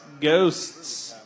Ghosts